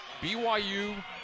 BYU